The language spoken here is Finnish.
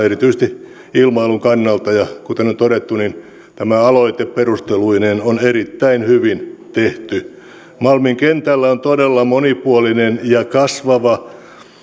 erityisesti ilmailun kannalta ja kuten on todettu niin tämä aloite perusteluineen on erittäin hyvin tehty malmin kentällä on todella monipuolinen ja kasvava